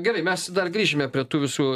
gerai mes dar grįšime prie tų visų